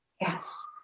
yes